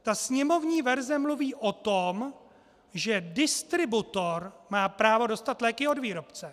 Ta sněmovní verze mluví o tom, že distributor má právo dostat léky od výrobce.